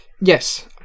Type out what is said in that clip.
Yes